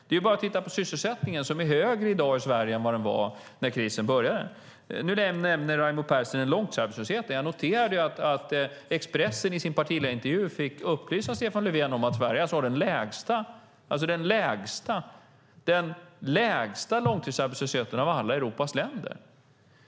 Det är bara att titta på sysselsättningen, som är högre i dag i Sverige än den var när krisen började. Nu nämner Raimo Pärssinen långtidsarbetslösheten. Jag noterade att Expressen i sin partiledarintervju fick upplysa Stefan Löfven om att Sverige har den lägsta långtidsarbetslösheten av alla Europas länder.